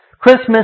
Christmas